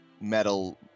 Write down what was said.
metal